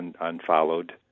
unfollowed